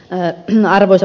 arvoisa puhemies